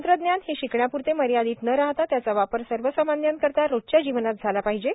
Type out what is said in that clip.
तंत्रज्ञान हे शिकण्याप्रते मर्यादित न राहता त्याचा वापर सर्वसामान्याकरिता रोजच्या जीवनात झाला पाहिजे